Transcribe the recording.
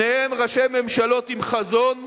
שניהם ראשי ממשלות עם חזון,